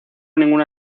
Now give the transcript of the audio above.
ninguna